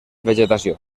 vegetació